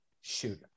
shoot